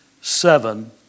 seven